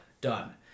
done